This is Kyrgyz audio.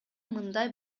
мындай